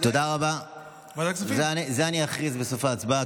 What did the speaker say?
את זה אני אכריז בסוף ההצבעה.